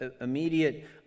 immediate